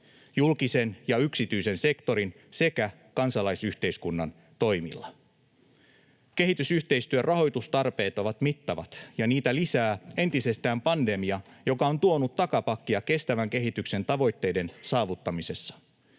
julkisen ja yksityisen sektorin sekä kansalaisyhteiskunnan toimilla. Kehitysyhteistyön rahoitustarpeet ovat mittavat, ja niitä lisää entisestään pandemia, joka on tuonut takapakkia kestävän kehityksen tavoitteiden saavuttamisessa.